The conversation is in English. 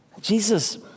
Jesus